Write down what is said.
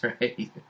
right